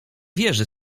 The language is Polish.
wierzy